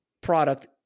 product